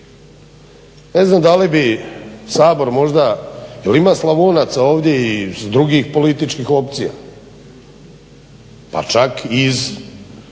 Ne znam da li bi Sabor možda, jer ima Slavonaca ovdje i iz drugih političkih opcija pa čak i iz evo